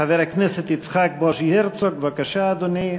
חבר הכנסת יצחק בוז'י הרצוג, בבקשה, אדוני.